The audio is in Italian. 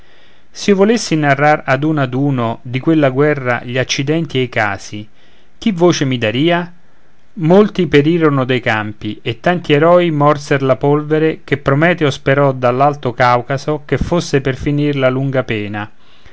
s'io volessi narrar ad uno ad uno di quella guerra gli accidenti e i casi chi voce mi darìa molti perirono dei capi e tanti eroi morser la polvere che prometeo sperò dall'alto caucaso che fosse per finir la lunga pena